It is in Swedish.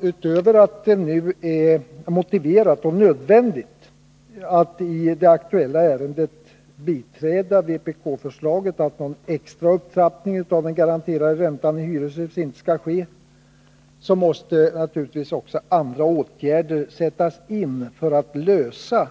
Förutom att det i det aktuella ärendet är motiverat och nödvändigt att stödja vpk-förslaget att någon extra upptrappning av den garanterade räntan i hyreshus inte skall ske måste naturligtvis också andra åtgärder sättas in för att man skall kunna lösa